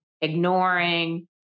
ignoring